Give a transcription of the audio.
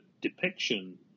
depiction